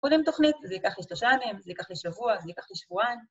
בונים תוכנית, זה ייקח לי שלושה ימים, זה ייקח לי שבוע, זה ייקח לי שבועיים.